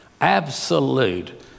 absolute